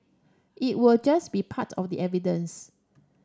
it will just be part of the evidence